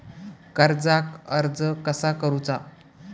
कर्जाक अर्ज कसा करुचा?